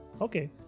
Okay